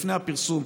לפני הפרסום,